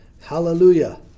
Hallelujah